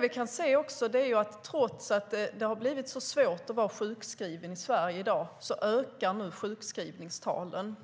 Vi kan också se att trots att det har blivit svårt att vara sjukskriven i Sverige i dag ökar nu sjukskrivningstalen.